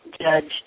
judged